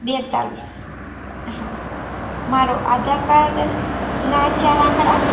બેતાલીસ હા મારો આધાર કાર્ડના ચાર આંકડા